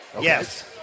Yes